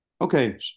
Okay